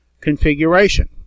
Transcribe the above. configuration